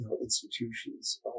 institutions